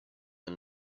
and